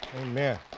Amen